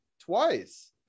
twice